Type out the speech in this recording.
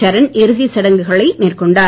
சரண் இறுதிச் சடங்குகளை மேற்கொண்டார்